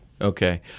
Okay